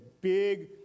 big